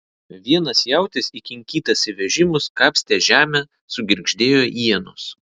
vienas jautis įkinkytas į vežimus kapstė žemę sugirgždėjo ienos